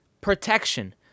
protection